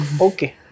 okay